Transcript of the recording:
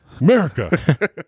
America